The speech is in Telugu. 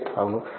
రంజిత్ అవును